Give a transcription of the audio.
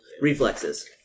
Reflexes